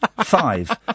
Five